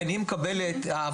היא מקבלת,